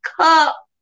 cup